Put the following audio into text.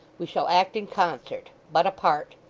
we shall act in concert, but apart.